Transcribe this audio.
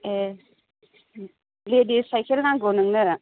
ए ladies cycle नांगौ नोंनो